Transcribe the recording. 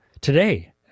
today